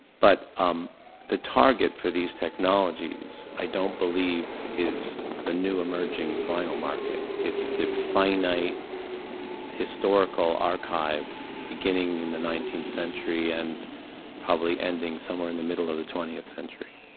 but um the target for these technologies i don't believe is the new emerging vinyl market. it's the finite historical archive beginning in the nineteenth century and probably ending somewhere in the middle of the twentieth century.